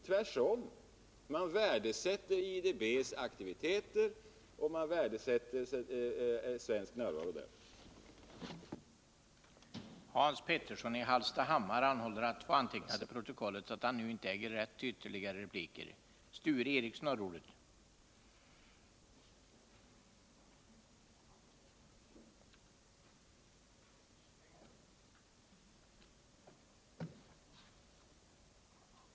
Tvärtom värdesätter man IDB:s aktiviteter och man värdesätter även svensk närvaro där.